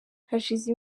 hashize